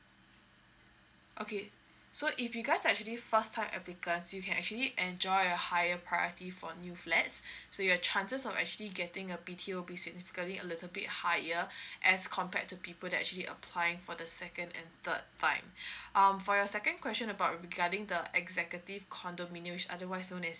okay so if you guys are actually first time applicant you can actually enjoy a higher priority for new flats so your chances of actually getting a B_T_O will be significantly a little bit higher as compared to people that actually applying for the second and third time um for your second question about regarding the executive condominium is otherwise